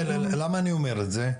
למה אני אומר את זה?